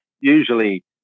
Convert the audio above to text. usually